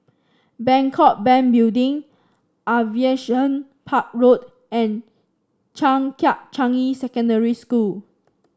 Bangkok Bank Building Aviation Park Road and Changkat Changi Secondary School